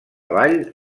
ball